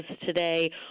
today